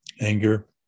anger